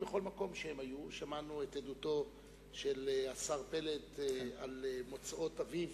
שמענו את עדותו של השר פלד על מוצאות אביו